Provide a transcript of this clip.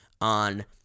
on